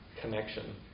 connection